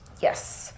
Yes